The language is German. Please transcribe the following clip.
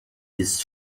ist